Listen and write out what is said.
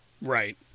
Right